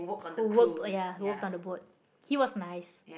who worked ya who worked on the boat he was nice